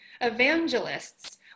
evangelists